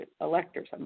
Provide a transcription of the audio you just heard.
electors